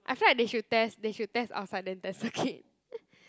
I feel like they should test they should test outside then test circuit